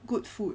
good food